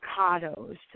Avocados